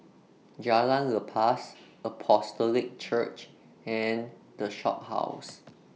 Jalan Lepas Apostolic Church and The Shophouse